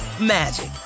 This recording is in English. magic